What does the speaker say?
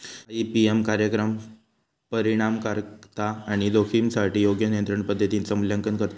IPM कार्यक्रम परिणामकारकता आणि जोखमीसाठी योग्य नियंत्रण पद्धतींचा मूल्यांकन करतत